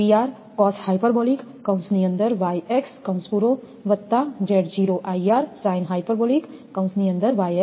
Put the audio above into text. આ સમીકરણ 6